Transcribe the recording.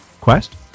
quest